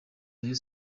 rayon